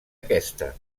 aquesta